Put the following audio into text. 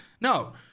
no